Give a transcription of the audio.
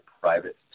private